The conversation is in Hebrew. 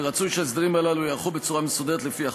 ורצוי שההסדרים הללו ייערכו בצורה מסודרת לפי החוק.